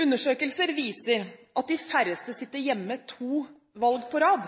Undersøkelser viser at de færreste sitter hjemme to valg på rad.